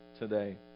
today